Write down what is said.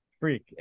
freak